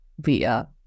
via